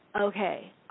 Okay